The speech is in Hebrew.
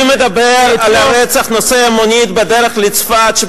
אני מדבר על רצח נוסעי המונית בדרך לצפת,